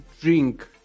drink